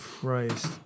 Christ